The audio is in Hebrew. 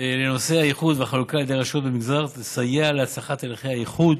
לנושא האיחוד והחלוקה על ידי הרשויות במגזר תסייע להצלחת הליכי האיחוד